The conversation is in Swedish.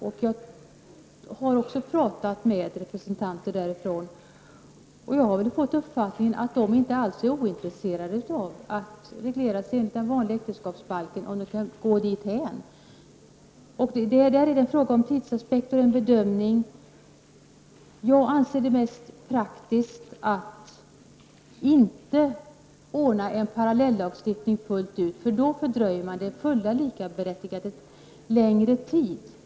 Jag har också talat med representanter för dem och då fått uppfattningen att de inte alls är ointresserade av att homosexuellas förhållanden kan regleras enligt äktenskapsbalken, om det är möjligt att nå dithän. Det är fråga om en bedömning av tidsaspekterna. Jag anser att det är mest praktiskt att inte införa en speciallagstiftning, för då fördröjs det fulla likaberättigandet ännu mera.